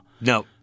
No